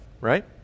right